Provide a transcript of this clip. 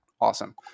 Awesome